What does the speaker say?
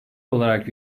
olarak